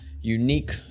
Unique